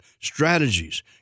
Strategies